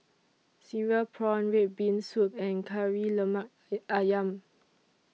Cereal Prawns Red Bean Soup and Kari Lemak Ayam